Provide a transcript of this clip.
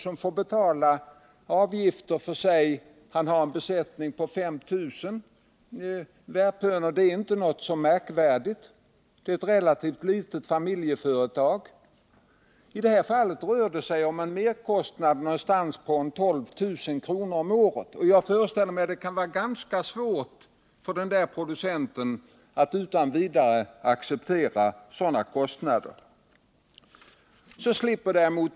Ta ett fall då en person har en besättning på 5 000 värphönor. Det är inte så märkvärdigt, utan rör sig om ett relativt litet familjeföretag. I detta fall blir det en merkostnad på ca 12 000 kr. om året. Jag föreställer mig att det kan vara ganska svårt för denna producent att utan vidare acceptera sådana kostnadsökningar.